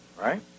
right